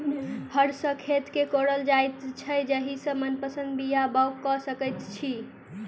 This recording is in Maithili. हर सॅ खेत के कोड़ल जाइत छै जाहि सॅ मनपसंद बीया बाउग क सकैत छी